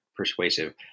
Persuasive